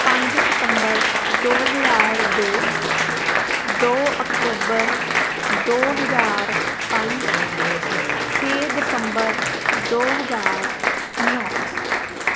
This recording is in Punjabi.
ਪੰਜ ਸਤੰਬਰ ਦੋ ਹਜ਼ਾਰ ਦੋ ਦੋ ਅਕਤੂਬਰ ਦੋ ਹਜ਼ਾਰ ਪੰਜ ਛੇ ਦਸੰਬਰ ਦੋ ਹਜ਼ਾਰ ਨੌ